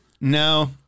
No